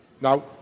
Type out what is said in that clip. Now